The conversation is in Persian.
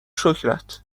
شکرت